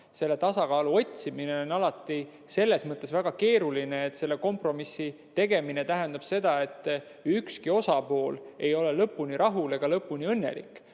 Selle tasakaalu otsimine on alati selles mõttes väga keeruline, et kompromissi tegemine tähendab seda, et ükski osapool ei ole lõpuni rahul ega lõpuni õnnelik.